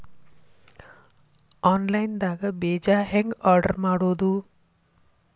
Online ದಾಗ ಬೇಜಾ ಹೆಂಗ್ ಆರ್ಡರ್ ಮಾಡೋದು?